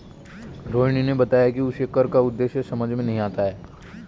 रोहिणी ने बताया कि उसे कर का उद्देश्य समझ में नहीं आता है